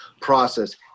process